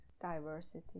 Diversity